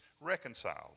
reconciled